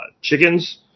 chickens